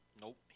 Nope